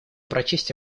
прочесть